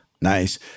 Nice